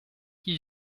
qui